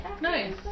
Nice